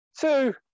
two